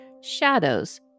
shadows